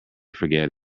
forget